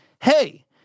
Hey